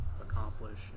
accomplish